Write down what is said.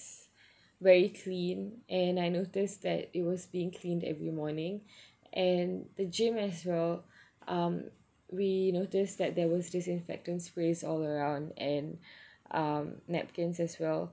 very clean and I noticed that it was being cleaned every morning and the gym as well um we noticed that there was disinfectant sprays all around and um napkins as well